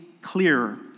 clearer